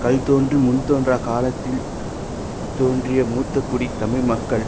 கல் தோன்றி முன் தோன்றா காலத்தில் தோன்றிய மூத்தக்குடி தமிழ் மக்கள்